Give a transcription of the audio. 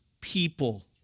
people